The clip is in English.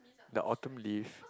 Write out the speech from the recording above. the Autumn leaves